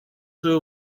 свое